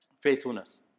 faithfulness